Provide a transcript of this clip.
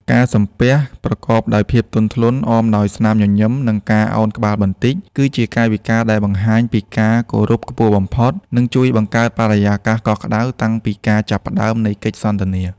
ការ"សំពះ" ប្រកបដោយភាពទន់ភ្លន់ អមដោយស្នាមញញឹម និងការអោនក្បាលបន្តិច គឺជាកាយវិការដែលបង្ហាញពីការគោរពខ្ពស់បំផុត និងជួយបង្កើតបរិយាកាសកក់ក្ដៅតាំងពីការចាប់ផ្ដើមនៃកិច្ចសន្ទនា។